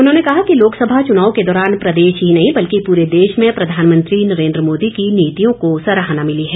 उन्होंने कहा कि लोकसभा चुनाव के दौरान प्रदेश ही नहीं बल्कि पूरे देश में प्रधानमंत्री नरेंद्र मोदी की नितियों को सराहना मिली है